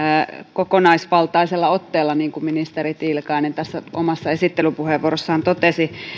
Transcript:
kokonaisvaltaisella otteella niin kuin ministeri tiilikainen tässä omassa esittelypuheenvuorossaan totesi